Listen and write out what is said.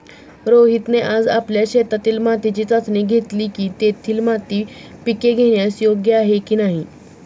रोहितने आज आपल्या शेतातील मातीची चाचणी घेतली की, तेथील माती पिके घेण्यास योग्य आहे की नाही